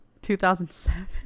2007